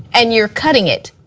and you are cutting it.